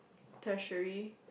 tertiary